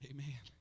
Amen